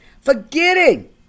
Forgetting